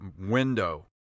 window